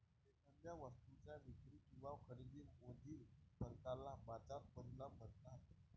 एखाद्या वस्तूच्या विक्री किंवा खरेदीमधील फरकाला बाजार परिणाम म्हणतात